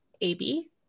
AB